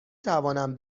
توانم